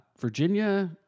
Virginia